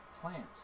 plant